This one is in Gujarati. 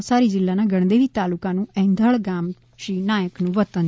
નવસારી જિલ્લાના ગણદેવી તાલુકાનું એંધળ ગામ શ્રી નાયકનું વતન છે